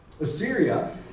Assyria